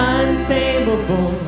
untamable